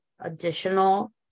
additional